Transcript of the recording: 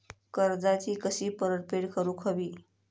कर्जाची कशी परतफेड करूक हवी?